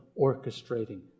orchestrating